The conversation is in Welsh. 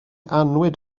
annwyd